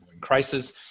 crisis